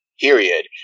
period